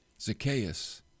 Zacchaeus